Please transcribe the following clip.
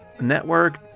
Network